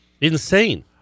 Insane